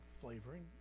flavoring